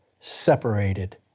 separated